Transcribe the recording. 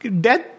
Death